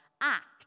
act